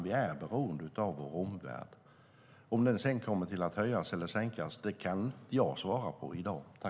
Vi är beroende av vår omvärld.